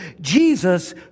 Jesus